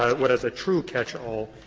um what is a true catch-all,